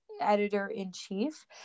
editor-in-chief